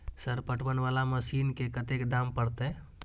Sir पटवन वाला machine के कतेक दाम परतें?